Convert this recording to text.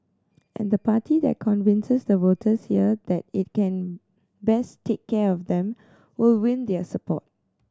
and the party that convinces the voters here that it can best take care of them will win their support